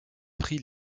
prit